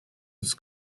its